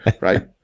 Right